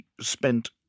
spent